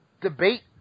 debate